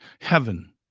Heaven